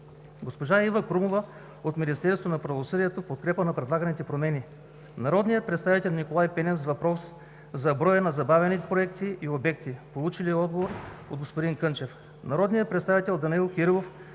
госпожа Ива Крумова от Министерство на правосъдието – в подкрепа на предлаганите промени; народният представител Николай Пенев с въпрос за броя на забавени проекти и обекти, получил отговор от господин Кънчев; народният представител Данаил Кирилов,